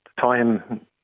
time